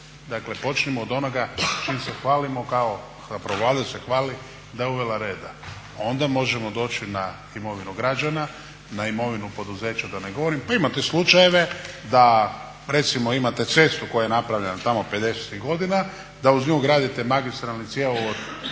Dakle počnimo od onoga čim se hvalimo kao, zapravo Vlada se hvali da je uvela reda. Onda možemo doći na imovinu građana, na imovinu poduzeća da ne govorim, pa imate slučajeve da recimo imate cestu koja je napravljena tamo 50.tih godina da uz nju gradite magistralni cjevovod